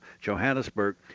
Johannesburg